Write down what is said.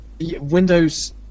Windows